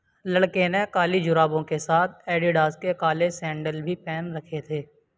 لڑکے نے کالی جرابوں کے ساتھ ایڈیڈاز کے کالے سینڈل بھی پہن رکھے تھے